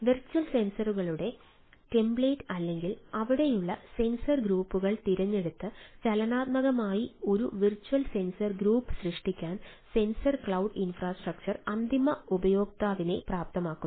virtual സെൻസറുകളുടെ template അല്ലെങ്കിൽ അവിടെയുള്ള സെൻസർ ഗ്രൂപ്പുകൾ തിരഞ്ഞെടുത്ത് ചലനാത്മകമായി ഒരു വെർച്വൽ സെൻസർ ഗ്രൂപ്പ് സൃഷ്ടിക്കാൻ സെൻസർ ക്ലൌഡ് ഇൻഫ്രാസ്ട്രക്ചർ അന്തിമ ഉപയോക്താവിനെ പ്രാപ്തമാക്കുന്നു